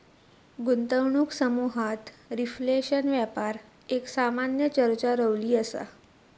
गुंतवणूक समुहात रिफ्लेशन व्यापार एक सामान्य चर्चा रवली असा